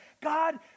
God